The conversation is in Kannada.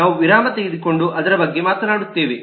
ನಾವು ವಿರಾಮ ತೆಗೆದುಕೊಂಡು ಅದರ ಬಗ್ಗೆ ಮಾತನಾಡುತ್ತೇವೆ